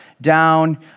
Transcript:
down